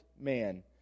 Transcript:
man